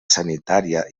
sanitària